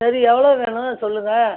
சரி எவ்வளோ வேணும் சொல்லுங்கள்